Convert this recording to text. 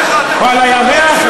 או על הירח,